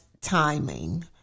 timing